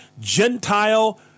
Gentile